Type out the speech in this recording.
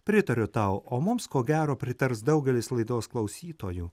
pritariu tau o mums ko gero pritars daugelis laidos klausytojų